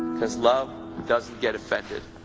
because love doesn't get offended.